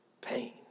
pain